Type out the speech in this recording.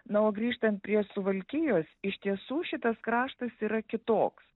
na o grįžtant prie suvalkijos iš tiesų šitas kraštas yra kitoks